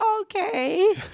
okay